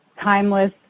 timeless